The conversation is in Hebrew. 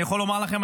אני יכול לומר לכם,